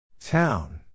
Town